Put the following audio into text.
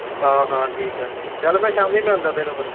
ਹਾਂ ਹਾਂ ਠੀਕ ਆ ਠੀਕ ਆ ਚੱਲ ਮੈਂ ਸ਼ਾਮੀ ਮਿਲਦਾ ਤੈਨੂੰ ਫਿਰ